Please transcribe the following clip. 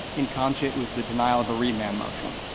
in concha it was the denial of a remand motion.